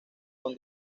con